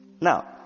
Now